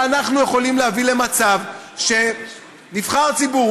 ואנחנו יכולים להביא למצב שנבחר ציבור,